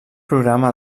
programa